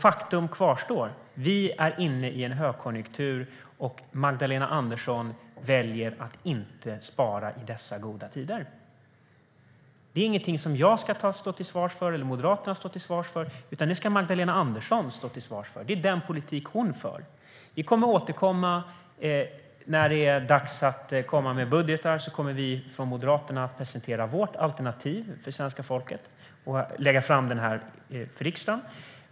Faktum kvarstår att vi är inne i en högkonjunktur, och Magdalena Andersson väljer att inte spara i dessa goda tider. Det är ingenting som jag eller Moderaterna ska stå till svars för utan det ska Magdalena Andersson stå till svars för. Det är den politik hon för. När det är dags att lägga fram budgetar kommer vi från Moderaterna att presentera vårt alternativ för svenska folket och för riksdagen.